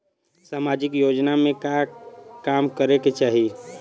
सामाजिक योजना में का काम करे के चाही?